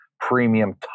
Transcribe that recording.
premium